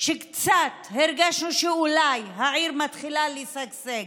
שקצת הרגשנו שאולי העיר מתחילה לשגשג.